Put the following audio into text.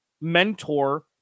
mentor